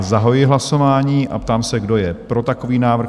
Zahajuji hlasování a ptám se, kdo je pro takový návrh?